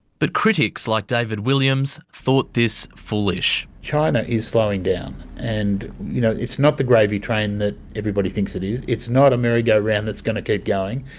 but critics like david williams thought this foolish. china is slowing down, and you know it's not the gravy train that everybody thinks it is, it's not a merry-go-round that's going to keep going.